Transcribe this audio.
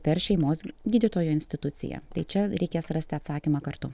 per šeimos gydytojo instituciją tai čia reikės rasti atsakymą kartu